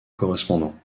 correspondant